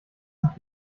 nach